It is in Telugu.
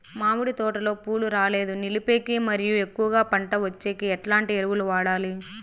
మామిడి తోటలో పూలు రాలేదు నిలిపేకి మరియు ఎక్కువగా పంట వచ్చేకి ఎట్లాంటి ఎరువులు వాడాలి?